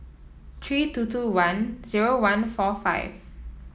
three two two one zero one four five